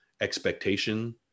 expectation